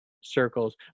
circles